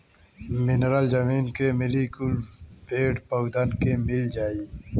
mineral जमीन के मिली कुल पेड़ पउधन के मिल जाई